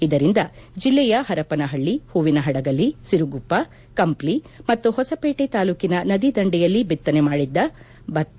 ಇದರಿಂದ ಜಿಲ್ಲೆಯ ಹರಪನಹಳ್ಳಿ ಹೂವಿನಹಡಗಲಿ ಸಿರುಗುಪ್ಪ ಕಂಪ್ಲಿ ಮತ್ತು ಹೊಸಹೇಟೆ ತಾಲೂಕೆನ ನದಿ ದಂಡೆಯಲ್ಲಿ ಬಿತ್ತನೆ ಮಾಡಿದ್ದ ಭತ್ತ